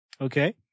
Okay